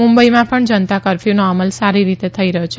મુંબઇમાં પણ જનતા કરફયુનો અમલ સારી રીતે થઇ રહ્યો છે